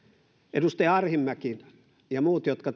edustaja arhinmäki ja muut jotka